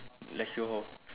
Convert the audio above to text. lecture hall